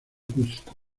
cuzco